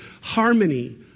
Harmony